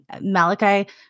Malachi